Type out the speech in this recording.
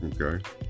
Okay